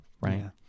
right